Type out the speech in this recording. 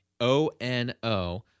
O-N-O